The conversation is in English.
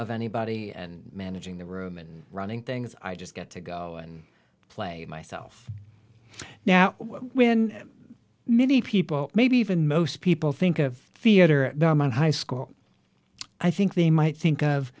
of anybody and managing the room and running things i just get to go and play myself now when many people maybe even most people think of theater in high school i think they might think of